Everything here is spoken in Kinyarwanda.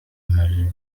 ntari